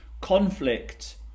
conflict